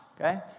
okay